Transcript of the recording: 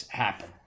happen